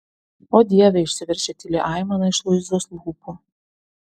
o dieve išsiveržė tyli aimana iš luizos lūpų